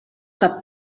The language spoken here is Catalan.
cap